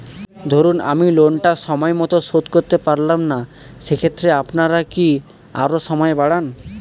ধরুন আমি লোনটা সময় মত শোধ করতে পারলাম না সেক্ষেত্রে আপনার কি আরো সময় বাড়ান?